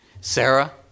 Sarah